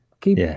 Keep